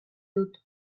dut